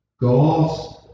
God